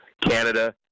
Canada